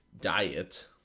diet